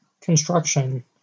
construction